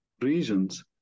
regions